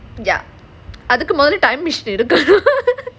ya அதுக்கு மேல:adhuku mela time எடுக்கனும்:edukkanum